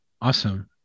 awesome